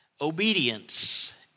obedience